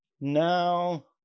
now